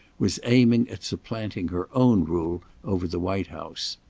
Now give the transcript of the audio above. was aiming at supplanting her own rule over the white house.